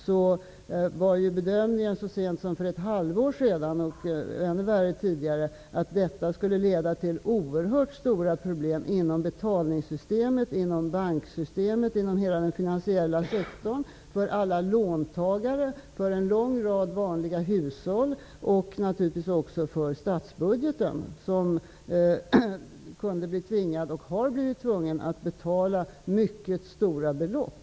Så sent som för ett halvår sedan var bedömningen -- och det var ännu värre tidigare -- att finanskrisen skulle leda till oerhört stora problem inom betalningssystemet, inom banksystemet, inom hela den finansiella sektorn, för alla låntagare, för en lång rad vanliga hushåll och naturligtvis också för statsbudgeten. Staten kunde bli tvingad, och har blivit tvungen, att betala mycket stora belopp.